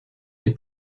les